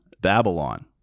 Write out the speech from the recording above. Babylon